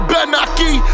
Benaki